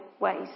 ways